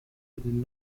did